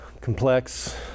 complex